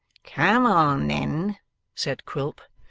come on then said quilp,